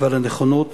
ועל הנכונות